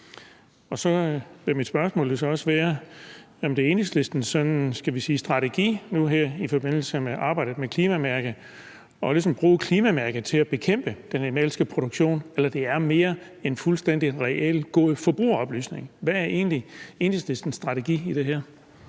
Så vil mit spørgsmål jo også være, om det sådan er Enhedslistens strategi nu her i forbindelse med arbejdet med klimamærket ligesom at bruge klimamærket til at bekæmpe den animalske produktion, eller om det mere er en fuldstændig reel, god forbrugeroplysning. Hvad er egentlig Enhedslistens strategi i det her?